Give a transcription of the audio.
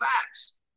facts